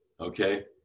Okay